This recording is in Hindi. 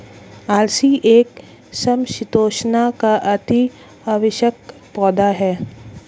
अलसी एक समशीतोष्ण का अति आवश्यक पौधा है